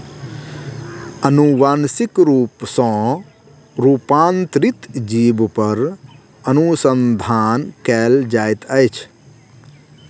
अनुवांशिक रूप सॅ रूपांतरित जीव पर अनुसंधान कयल जाइत अछि